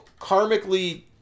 karmically